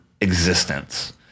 existence